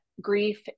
grief